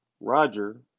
Roger